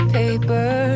paper